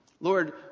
Lord